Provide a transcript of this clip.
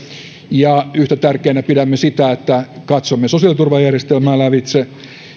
ja yhtä tärkeänä pidämme sitä että katsomme sosiaaliturvajärjestelmää lävitse